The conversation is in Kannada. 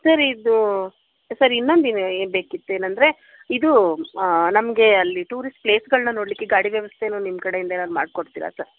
ಸರ್ ಇದು ಸರ್ ಇನ್ನೊಂದು ಇವೆ ಇರಬೇಕಿತ್ತು ಏನಂದರೆ ಇದು ನಮಗೆ ಅಲ್ಲಿ ಟೂರಿಸ್ಟ್ ಪ್ಲೇಸ್ಗಳನ್ನ ನೋಡಲಿಕ್ಕೆ ಗಾಡಿ ವ್ಯವಸ್ಥೆನು ನಿಮ್ಕಡೆಯಿಂದ ಏನಾರು ಮಾಡಿಕೊಡ್ತೀರ ಸರ್